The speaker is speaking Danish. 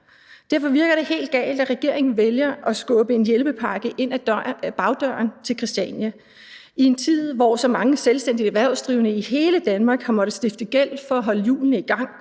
Derfor virker det helt galt, at regeringen vælger at skubbe en hjælpepakke ind ad bagdøren til Christiania i en tid, hvor så mange selvstændigt erhvervsdrivende i hele Danmark har måttet stifte gæld for at holde hjulene i gang.